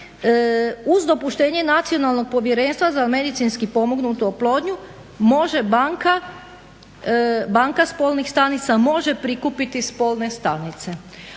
uz dopuštenje Nacionalnog povjerenstva za medicinski pomognutu oplodnju može banka spolnih stanica može prikupiti spolne stanice.